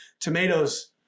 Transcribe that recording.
tomatoes